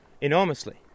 enormously